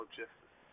justice